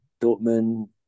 Dortmund